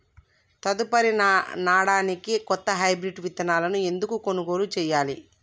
తదుపరి నాడనికి కొత్త హైబ్రిడ్ విత్తనాలను ఎందుకు కొనుగోలు చెయ్యాలి?